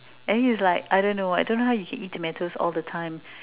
and he was like I don't know I don't know how you can eat tomatoes all the time